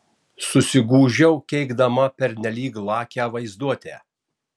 susigūžiau keikdama pernelyg lakią vaizduotę